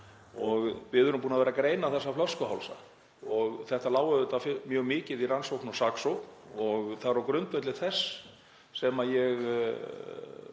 Við erum búin að vera að greina þessa flöskuhálsa og þetta lá auðvitað mjög mikið í rannsókn og saksókn. Það er á grundvelli þess sem við,